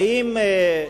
האם,